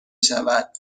شود